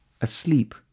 asleep